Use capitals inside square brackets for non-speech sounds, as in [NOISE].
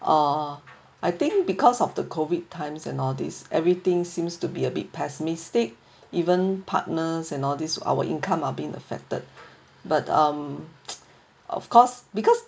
ah I think because of the COVID times and all these everything seems to be a bit pessimistic even partners and all these our income are being affected but um [NOISE] of course because